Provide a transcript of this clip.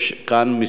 יש כאן כמה